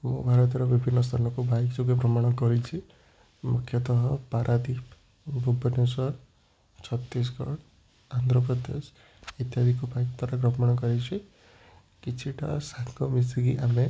ମୁଁ ଭାରତର ବିଭିନ୍ନ ସ୍ଥାନକୁ ବାଇକ୍ ଯୋଗେ ଭ୍ରମଣ କରିଛି ମୁଖ୍ୟତଃ ପାରାଦ୍ୱୀପ ଭୁବନେଶ୍ୱର ଛତିଶଗଡ଼ ଆନ୍ଧ୍ରପ୍ରଦେଶ ଇତ୍ୟାଦିକୁ ବାଇକ୍ ଦ୍ୱାରା କରିଛି କିଛିଟା ସାଙ୍ଗ ମିଶିକି ଆମେ